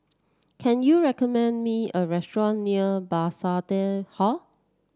can you recommend me a restaurant near Bethesda Hall